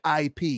IP